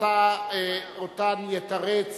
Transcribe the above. שאותה יתרץ